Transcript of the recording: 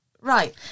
right